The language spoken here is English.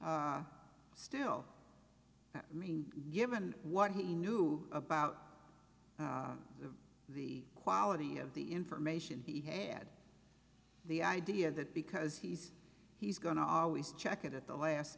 but still i mean given what he knew about the quality of the information he had the idea that because he's he's going to always check it at the last